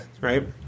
Right